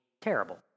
terrible